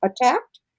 attacked